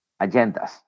agendas